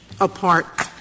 apart